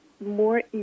more